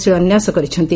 ଶିଳାନ୍ୟାସ କରିଛନ୍ତି